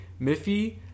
Miffy